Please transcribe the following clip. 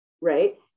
right